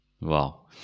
Wow